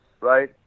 right